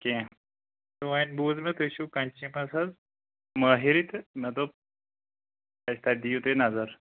کیٚنہہ تہٕ وۄںۍ بوٗز مےٚ تُہۍ چھِو کَنچی منٛز حظ مٲہِرٕے تہٕ مےٚ دوٚپ تَتہِ تَتہِ دِیِو تُہۍ نَظر